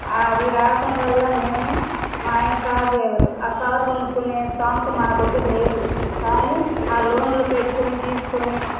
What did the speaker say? అవి రావడం వల్ల మేము మా ఆయన కార్ డ్రైవరు ఆ కారు కొనుక్కునే స్థోమత మా దగ్గర లేదు కానీ ఆ లోన్లు పెట్టుకుని తీసుకొని